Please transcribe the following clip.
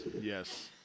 Yes